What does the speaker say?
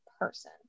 person